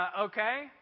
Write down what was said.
Okay